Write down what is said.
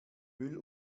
müll